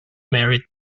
married